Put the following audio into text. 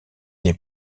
n’est